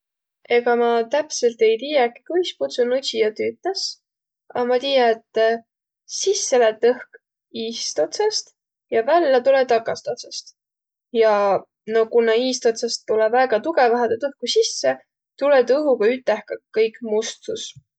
Egaq ma täpselt ei tiiäki, kuis pudsunudsija tüütäs, a ma tiiä, et sisse lätt õhk iistotsast ja vällä tulõ takastotsast. Ja o kuna iistotsast tulõ väega tugõvahe tuud õhku sisse, tulõ tuu õhuga üteh ka kõik mustus.